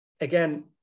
again